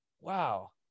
wow